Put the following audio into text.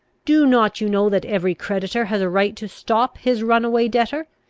do not you know that every creditor has a right to stop his runaway debtor.